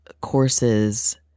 courses